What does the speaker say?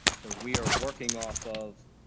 so, we are working off of,